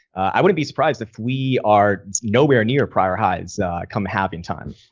i wouldn't be surprised if we are nowhere near prior highs coming halving time.